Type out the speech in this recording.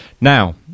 Now